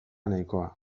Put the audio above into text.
nahikoa